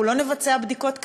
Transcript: אנחנו לא נבצע בדיקות קרקע,